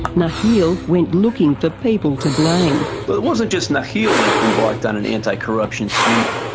nakheel went looking for people to blame. but it wasn't just nakheel that embarked on and anticorruption sweep,